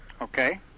Okay